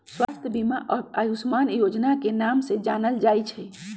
स्वास्थ्य बीमा अब आयुष्मान योजना के नाम से जानल जाई छई